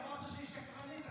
אמרת שהיא שקרנית.